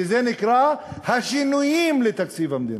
שזה נקרא: השינויים בתקציב המדינה.